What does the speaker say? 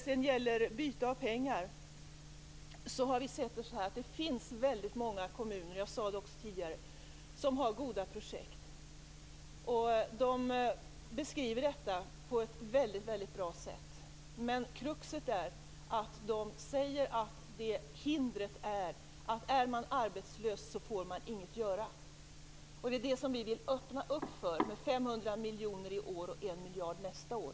Som jag sade tidigare finns väldigt många kommuner som har goda projekt, och de beskriver också detta på ett väldigt bra sätt. Kruxet är att de säger att hindret är att den som är arbetslös inget får göra. Det är det vi vill öppna för, med hjälp av 500 miljoner i år och 1 miljard nästa år.